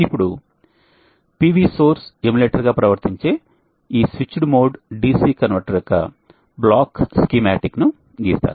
ఇప్పుడు PV source ఎమ్యులేటర్గా ప్రవర్తించే ఈ స్విచ్డ్ మోడ్ DC కన్వర్టర్ యొక్క బ్లాక్ స్కీమాటిక్ను గీస్తాను